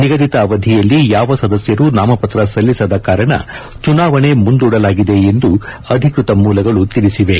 ನಿಗದಿತ ಅವಧಿಯಲ್ಲಿ ಯಾವ ಸದಸ್ಯರೂ ನಾಮಪತ್ರ ಸಲ್ಲಿಸದ ಕಾರಣ ಚುನಾವಣೆ ಮುಂದೂಡಲಾಗಿದೆ ಎಂದು ಅಧಿಕೃತ ಮೂಲಗಳು ತಿಳಿಸಿವೆ